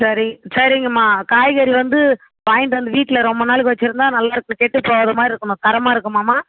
சரி சரிங்க அம்மா காய்கறி வந்து வாய்ன்டு வந்து வீட்டில் ரொம்ப நாளுக்கு வச்சுருந்தா நல்லா இருக்கும் கெட்டுப்போகாத மாதிரி இருக்கும் தரமாக இருக்குமாம்மா